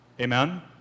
Amen